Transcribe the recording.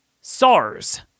SARS